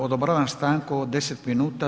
Odobravam stanku od 10 minuta